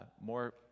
more